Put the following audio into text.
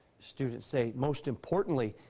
students say most importantly,